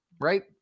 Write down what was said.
right